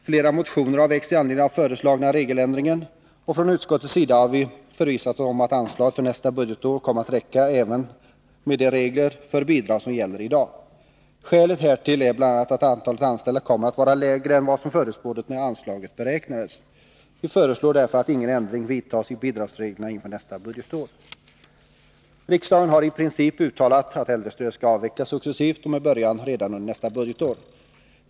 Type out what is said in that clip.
Flera motioner har väckts i anledning av den föreslagna regeländringen. Från utskottets sida har vi förvissat oss om att anslaget för nästa budgetår kommer att räcka till även med de regler för bidrag som gäller idag. Skälet härtill är bl.a. att antalet anställda kommer att vara lägre än vad som förutspåddes när anslaget beräknades. Vi föreslår därför att ingen ändring vidtas i bidragsreglerna inför nästa budgetår. Riksdagen har i princip uttalat att äldrestödet skall avvecklas successivt och med början redan under nästa budgetår.